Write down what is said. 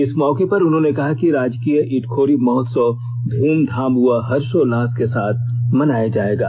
इस मौके पर उन्होंने कहा कि राजकीय इटखोरी महोत्सव ध्रमधाम व हर्षोल्लास के साथ मनाया जाएगा